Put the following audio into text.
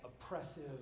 oppressive